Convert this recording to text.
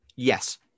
Yes